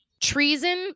Treason